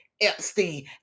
Epstein